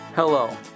Hello